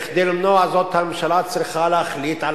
כדי למנוע זאת הממשלה צריכה להחליט על